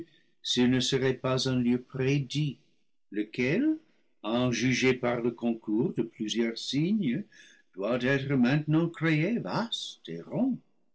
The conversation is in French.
s'il ne serait pas un lieu prédit lequel à en juger par le concours de plusieurs signes doit être main tenant créé